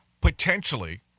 potentially